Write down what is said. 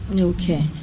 Okay